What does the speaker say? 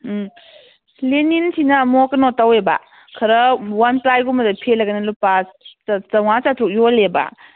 ꯎꯝ ꯂꯦꯅꯤꯟꯁꯤꯅ ꯑꯃꯨꯛ ꯀꯩꯅꯣ ꯇꯧꯋꯦꯕ ꯈꯔ ꯋꯥꯟ ꯄ꯭ꯂꯥꯏꯒꯨꯝꯕꯗ ꯐꯦꯜꯂꯒꯅ ꯂꯨꯄꯥ ꯆꯥꯝꯃꯉꯥ ꯆꯥꯇ꯭ꯔꯨꯛ ꯌꯣꯜꯂꯦꯕ